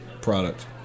product